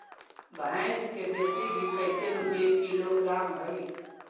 भैंस के देसी घी कैसे रूपये किलोग्राम हई?